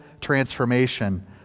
transformation